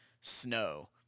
snow